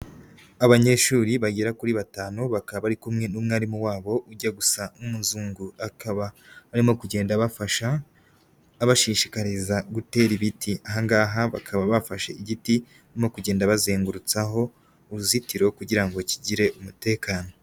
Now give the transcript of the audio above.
Abanyeshuri bagera kuri batanu bakaba bari kumwe n'umwarimu wabo ujya gusa nk'umuzungu, akaba arimo kugenda bafasha abashishikariza gutera ibiti aha ngaha bakaba bafashe igiti barimo kugenda bazengurutsaho uruzitiro kugira ngo kigire umutekano.